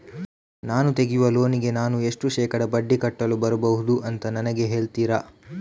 ನಾನು ತೆಗಿಯುವ ಲೋನಿಗೆ ನಾನು ಎಷ್ಟು ಶೇಕಡಾ ಬಡ್ಡಿ ಕಟ್ಟಲು ಬರ್ಬಹುದು ಅಂತ ನನಗೆ ಹೇಳ್ತೀರಾ?